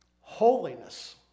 holiness